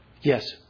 yes